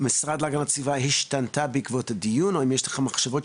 המשרד להגנת הסביבה בעקבות הדיון או אם יש לכם אי אילו מחשבות